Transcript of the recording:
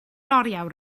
oriawr